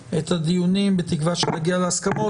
האלה, בתקווה שנגיע להסכמות.